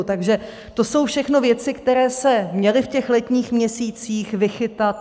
Takže to jsou všechno věci, které se měly v těch letních měsících vychytat.